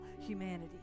humanity